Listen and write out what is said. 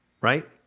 right